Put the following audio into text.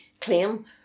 claim